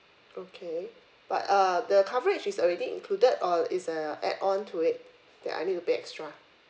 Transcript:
okay but err the coverage is already included or a is a add on to it that I need to pay extra